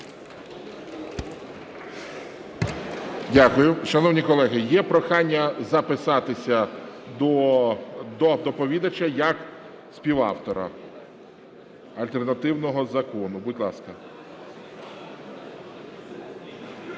Дякую. Шановні колеги, є прохання записатися до доповідача як співавтора альтернативного закону. Будь ласка.